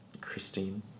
Christine